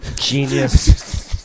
Genius